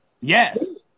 Yes